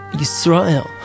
israel